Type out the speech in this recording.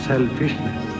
Selfishness